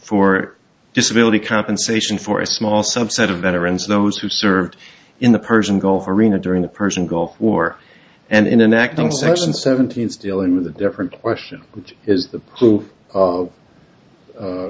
for disability compensation for a small subset of veterans those who served in the persian gulf arena during the persian gulf war and in an acting section seventeen's dealing with a different question which is the